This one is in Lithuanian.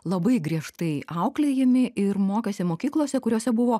labai griežtai auklėjami ir mokėsi mokyklose kuriose buvo